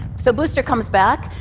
so booster comes back.